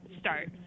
start